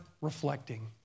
reflecting